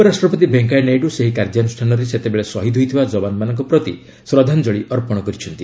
ଉପରାଷ୍ଟ୍ରପତି ଭେଙ୍କିୟାନାଇଡୁ ସେହି କାର୍ଯ୍ୟାନୁଷ୍ଠାନରେ ସେତେବେଳେ ଶହୀଦ ହୋଇଥିବା ଯବାନମାନଙ୍କ ପ୍ରତି ଶ୍ରଦ୍ଧାଞ୍ଜଳି ଅର୍ପଣ କରିଛନ୍ତି